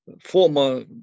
former